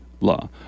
law